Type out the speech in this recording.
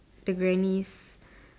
the grannies